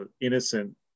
innocent